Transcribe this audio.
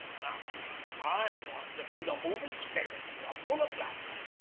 now i want to be the movin' spirit here. i'm full of plans.